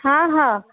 हा हा